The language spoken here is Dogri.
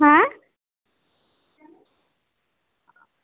ऐं